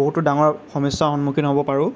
বহুতো ডাঙৰ সমস্যাৰ সন্মুখীন হ'ব পাৰোঁ